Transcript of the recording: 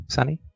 Sunny